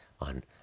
on